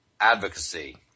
advocacy